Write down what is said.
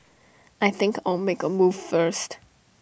I think I'll make A move first